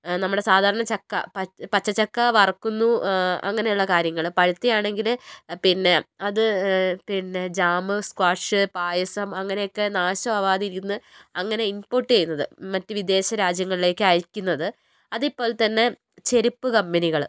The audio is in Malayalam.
നമ്മടെ സാധാരണ ചക്ക പച്ച ചക്ക വറുക്കുന്നു അങ്ങനെയുള്ള കാര്യങ്ങൾ പഴുത്തതാണെങ്കിൽ പിന്നെ അത് പിന്നെ ജാം സ്ക്വാഷ് പായസം അങ്ങനെയൊക്കെ നാശാവാതിരുന്ന് അങ്ങനെ ഇൻപുട് ചെയ്യുന്നത് മറ്റ് വിദേശരാജ്യങ്ങളിലേക്കയക്കുന്നത് അതേപോലെത്തന്നെ ചെരുപ്പുകമ്പനികള്